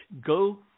Go